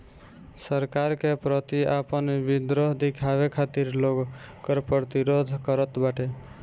सरकार के प्रति आपन विद्रोह दिखावे खातिर लोग कर प्रतिरोध करत बाटे